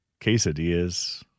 Quesadillas